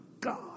God